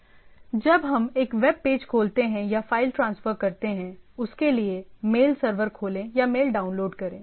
जब हम एक वेब पेज खोलते हैं या फाइल ट्रांसफर करते हैं उसके लिए मेल सर्वर खोलें या मेल डाउनलोड करें